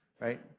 right